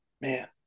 Man